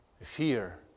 Fear